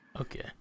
Okay